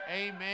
Amen